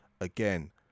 Again